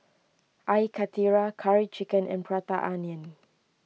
Air Karthira Curry Chicken and Prata Onion